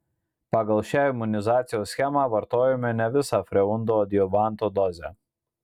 pagal šią imunizacijos schemą vartojome ne visą freundo adjuvanto dozę